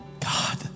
God